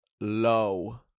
low